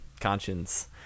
conscience